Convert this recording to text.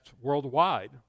worldwide